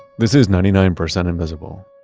this is ninety nine percent invisible.